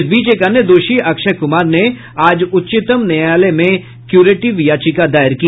इस बीच एक अन्य दोषी अक्षय कुमार ने आज उच्चतम न्यायालय में क्यूरेटिव याचिका दायर की